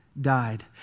died